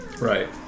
right